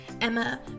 Emma